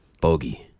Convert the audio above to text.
bogey